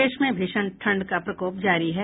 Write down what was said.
प्रदेश में भीषण ठंड का प्रकोप जारी है